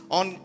on